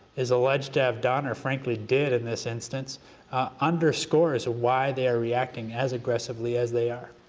is alleged to have done or frankly did in this instance and unscores why they are reacting as aggressively as they are.